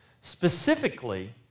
Specifically